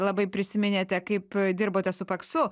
labai prisiminėte kaip dirbote su paksu